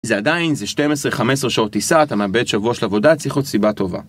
זה עדיין, זה 12-15 שעות טיסה, אתה מאבד שבוע של עבודה צריך להיות סיבה טובה